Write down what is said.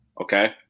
Okay